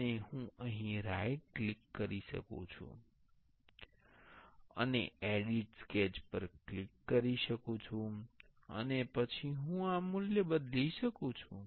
અને હું અહીં રાઇટ ક્લિક કરી શકું છું અને એડીટ સ્કેચ પર ક્લિક કરી શકું છું અને પછી હું આ મૂલ્ય બદલી શકું છું